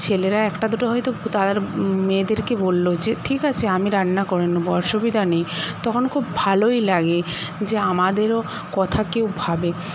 ছেলেরা একটা দুটো হয়তো তাদের মেয়েদেরকে বলল যে ঠিক আছে আমি রান্না করে নেবো অসুবিধা নেই তখন খুব ভালোই লাগে যে আমাদেরও কথা কেউ ভাবে